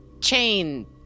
chain